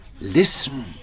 Listen